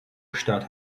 gestört